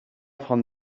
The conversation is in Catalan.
font